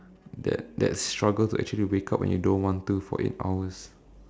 that that struggle to actually wake up when you don't want to for eight hours